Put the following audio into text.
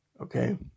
Okay